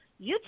YouTube